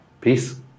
peace